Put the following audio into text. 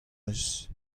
eus